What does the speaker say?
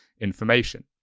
information